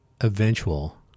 eventual